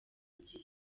gihe